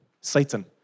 Satan